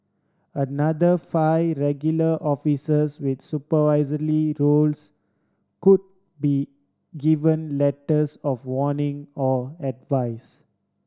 another five regular officers with roles could be given letters of warning or advice